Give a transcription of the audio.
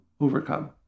overcome